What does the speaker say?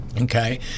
Okay